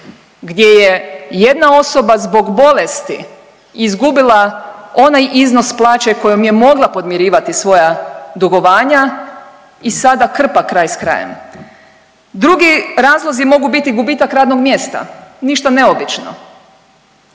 gdje je jedna osoba zbog bolesti izgubila onaj iznos plaće kojom je mogla podmirivati svoja dugovanja i sada krpa kraj s krajem. Drugi razlozi mogu biti gubitak radnog mjesta, ništa neobično,